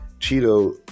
Cheeto